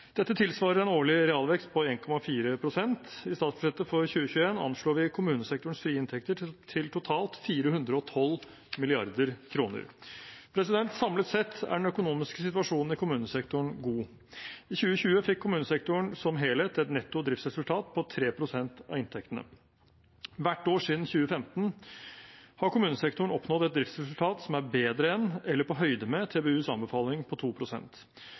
Dette tilsvarer en årlig realvekst på 1,4 pst. I statsbudsjettet for 2021 anslo vi kommunesektorens frie inntekter til totalt 412 mrd. kr. Samlet sett er den økonomiske situasjonen i kommunesektoren god. I 2020 fikk kommunesektoren som helhet et netto driftsresultat på 3 pst. av inntektene. Hvert år siden 2015 har kommunesektoren oppnådd et driftsresultat som er bedre enn eller på høyde med TBUs anbefaling på